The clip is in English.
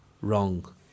wrong